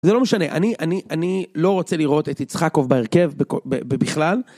זה לא משנה, אני לא רוצה לראות את יצחקוב בהרכב בכלל.